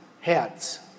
heads